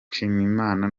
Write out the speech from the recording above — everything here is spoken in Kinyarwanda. nshimiyimana